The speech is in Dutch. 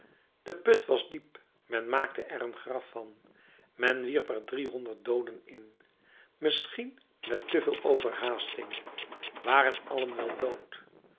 de put was diep men maakte er een graf van men wierp er driehonderd dooden in misschien met te veel overhaasting waren allen wel dood